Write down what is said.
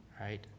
right